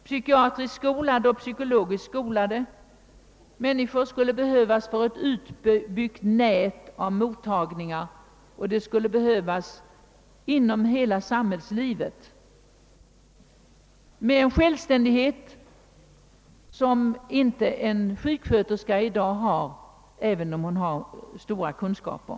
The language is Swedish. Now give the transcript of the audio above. Psykiatriskt och psykologiskt skolade människor med en själv ständighet som en sjuksköterska i dag inte har, även om hon har stora kunskaper, behövs för ett utbyggt nät av mottagningar inom hela samhällslivet.